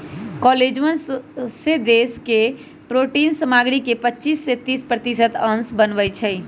collagen सौसे देह के प्रोटिन सामग्री के पचिस से तीस प्रतिशत अंश बनबइ छइ